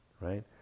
right